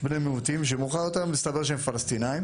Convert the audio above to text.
בני מיעוטים שמאוחר יותר מסתבר שהם פלסטינים.